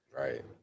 Right